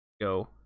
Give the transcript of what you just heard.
go